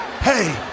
hey